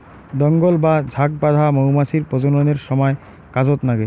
দঙ্গল বা ঝাঁক বাঁধা মৌমাছির প্রজননের সমায় কাজত নাগে